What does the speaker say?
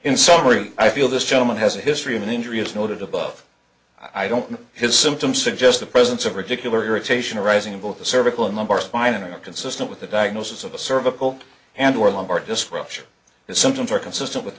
in summary i feel this gentleman has a history of an injury as noted above i don't know his symptoms suggest the presence of particular irritation arising in both the cervical and lumbar spine are consistent with the diagnosis of a cervical and or lumbar disruption the symptoms are consistent with